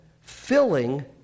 filling